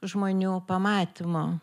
žmonių pamatymo